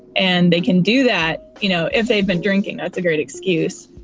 and they can do that, you know, if they've been drinking. that's a great excuse.